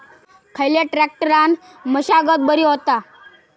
खयल्या ट्रॅक्टरान मशागत बरी होता?